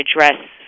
address